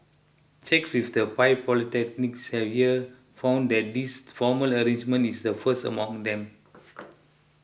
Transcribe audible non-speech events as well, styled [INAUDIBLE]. checks with the five polytechnics here found that this formal arrangement is the first among them [NOISE]